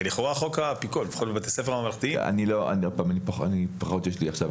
אין לכך סמכות ברורה.